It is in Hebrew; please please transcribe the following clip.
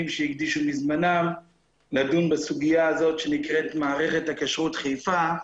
שהקדישו מזמנם לדון בסוגיה הזאת שנקראת מערכת הכשרות חיפה,